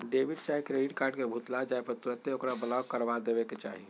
debit चाहे credit card के भुतला जाय पर तुन्ते ओकरा ब्लॉक करबा देबेके चाहि